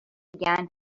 began